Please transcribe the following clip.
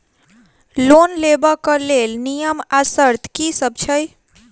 Loan लेबऽ कऽ लेल नियम आ शर्त की सब छई?